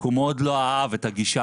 כי הוא מאוד לא אהב את הגישה,